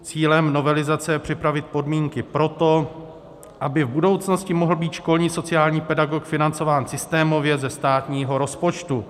Cílem novelizace je připravit podmínky pro to, aby v budoucnosti mohl být školní sociální pedagog financován systémově ze státního rozpočtu.